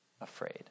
afraid